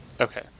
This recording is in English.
Okay